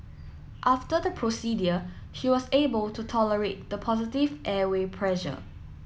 after the procedure she was able to tolerate the positive airway pressure